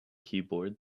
keyboard